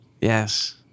Yes